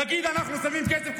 להגיד: אנחנו שמים כסף קואליציוני,